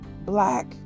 black